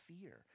fear